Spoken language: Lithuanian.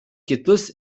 kitus